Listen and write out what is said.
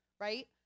right